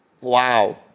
Wow